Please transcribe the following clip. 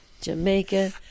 Jamaica